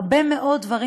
הרבה מאוד דברים.